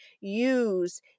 use